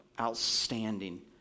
outstanding